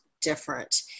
different